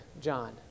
John